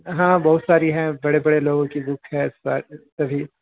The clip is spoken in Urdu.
ہاں بہت ساری ہیں بڑے بڑے لوگوں کی بک ہے اس پر سبھی